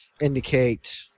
indicate –